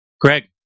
Greg